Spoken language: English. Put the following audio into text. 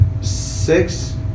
six